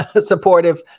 supportive